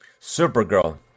Supergirl